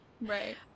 Right